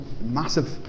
massive